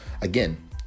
again